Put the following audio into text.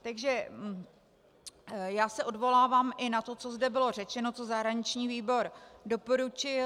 Takže já se odvolávám i na to, co zde bylo řečeno, co zahraniční výbor doporučil.